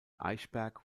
eichberg